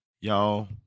Y'all